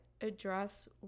address